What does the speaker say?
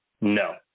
No